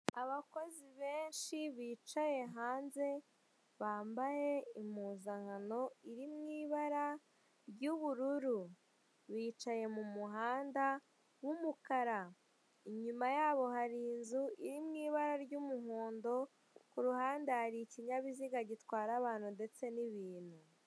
Abakozi benshi benshi bicaye hanze bambaye impuzangano iri mu ibara ry'ubururu. Bicaye mumuhanda w'umukara. Inyuma yabo hari inzu iri mu ibara ry'umuhondo, kuruhande hari ikinyabiziga gitwara abantu ndetse n'ibintu.